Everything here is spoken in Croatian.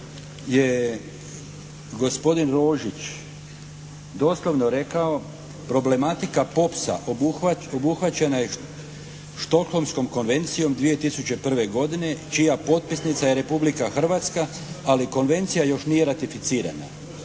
je gospodin Rožić doslovno rekao: «Problematika «POPS-a» obuhvaćena je Stockholmskom konvencijom 2001. godine čija potpisnica je Republika Hrvatska ali konvencija još nije ratificirana».